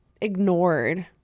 ignored